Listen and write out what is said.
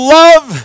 love